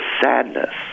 sadness